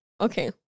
Okay